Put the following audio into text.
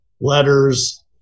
letters